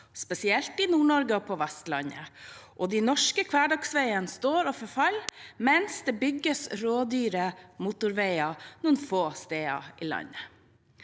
spesielt i Nord-Norge og på Vestlandet, og de norske hverdagsveiene står og forfaller mens det bygges rådyre motorveier noen få steder i landet.